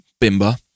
Bimba